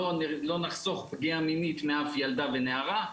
לא נחסוך שום פגיעה מינית מאף ילדה ונערה.